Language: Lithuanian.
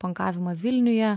pankavimą vilniuje